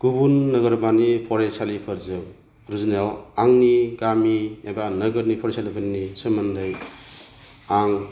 गुबुन नोगोरमानि फरायसालिफोरजों रुजुनायाव आंनि गामि एबा नोगोरनि फरायसालिफोरनि सोमोन्दै आं